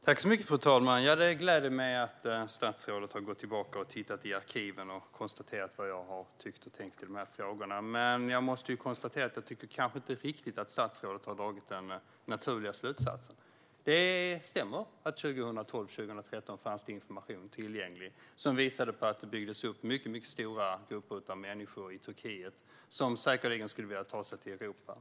Fru talman! Det gläder mig att statsrådet har gått tillbaka, tittat i arkiven och konstaterat vad jag har tyckt och tänkt i dessa frågor. Men statsrådet har kanske inte riktigt dragit den naturliga slutsatsen. Det stämmer att det 2012-2013 fanns information tillgänglig som visade att det byggdes upp mycket stora grupper av människor i Turkiet som säkerligen ville ta sig till Europa.